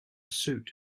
suit